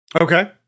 Okay